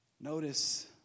Notice